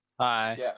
Hi